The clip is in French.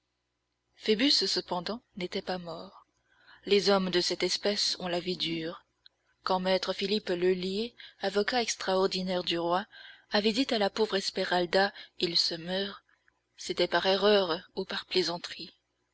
phoebus cependant n'était pas mort les hommes de cette espèce ont la vie dure quand maître philippe lheulier avocat extraordinaire du roi avait dit à la pauvre esmeralda il se meurt c'était par erreur ou par plaisanterie